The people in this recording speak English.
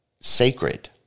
sacred